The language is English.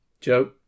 Joe